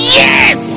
yes